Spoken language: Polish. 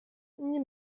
nie